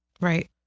Right